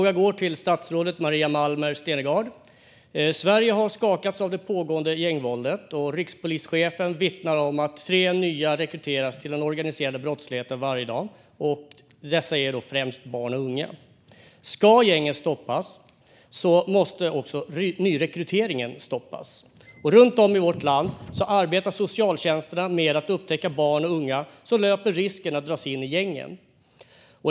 Herr talman! Min fråga går till statsrådet Maria Malmer Stenergard. Sverige skakas av det pågående gängvåldet. Rikspolischefen vittnar om att tre nya rekryteras till den organiserade brottsligheten varje dag, och det handlar främst om barn och unga. Om gängen ska stoppas måste också nyrekryteringen stoppas. Runt om i vårt land arbetar socialtjänsterna med att upptäcka barn och unga som löper risk att dras in i gängen.